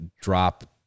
drop